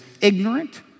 ignorant